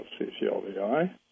CCLDI